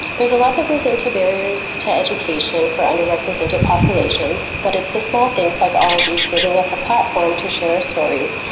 there's a lot that goes into barriers to education for underrepresented populations, but it's the small things, like ologies giving us a platform to share our stories,